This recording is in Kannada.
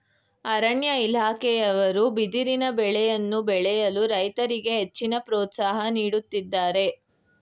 ಅರಣ್ಯ ಇಲಾಖೆಯವರು ಬಿದಿರಿನ ಬೆಳೆಯನ್ನು ಬೆಳೆಯಲು ರೈತರಿಗೆ ಹೆಚ್ಚಿನ ಪ್ರೋತ್ಸಾಹ ನೀಡುತ್ತಿದ್ದಾರೆ